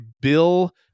Bill